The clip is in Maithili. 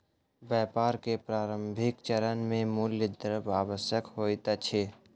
व्यापार के प्रारंभिक चरण मे मूल द्रव्य आवश्यक होइत अछि